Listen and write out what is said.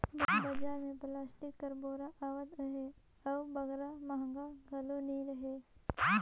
बजार मे पलास्टिक कर बोरा आवत अहे अउ बगरा महगा घलो नी रहें